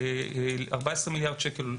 14 מיליארד שקלים,